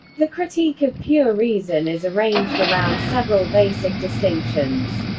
the critique of pure reason is arranged around several basic distinctions.